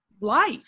life